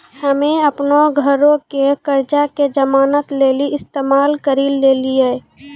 हम्मे अपनो घरो के कर्जा के जमानत लेली इस्तेमाल करि लेलियै